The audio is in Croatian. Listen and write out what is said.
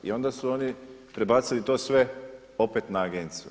I onda su oni prebacili to sve opet na agenciju.